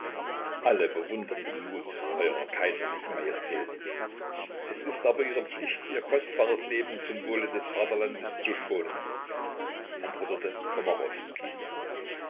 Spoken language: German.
alle bewundern den mut eurer kaiserlichen majestät es ist aber ihre pflicht ihr kostbares leben zum wohle des vaterlandes zu schonen antwortete